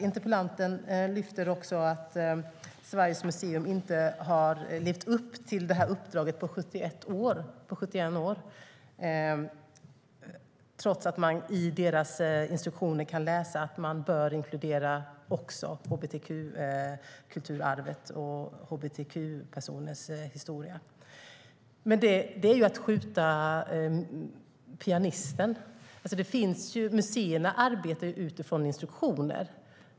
Interpellanten lyfter också fram att Sveriges museer inte har levt upp till uppdraget på 71 år trots att man i deras instruktioner kan läsa att de bör inkludera också hbtq-kulturarvet och hbtq-personers historia. Det är att skjuta pianisten. Museerna arbetar ju utifrån instruktioner.